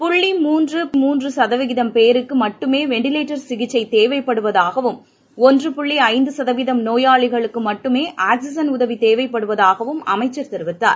புள்ளி மூன்று புள்ளி மூன்று சதவீதம் பேருக்கு மட்டுமே வெண்டிலேட்டர் சிகிச்சை தேவைப்படுவதாகவும் ஒன்று புள்ளி ஐந்து சதவீதம் நோயாளிகளுக்கு மட்டுமே ஆக்சிஜன் உதவி தேவைப்படுவதாகவும் அமைச்சர் தெரிவித்தார்